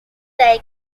their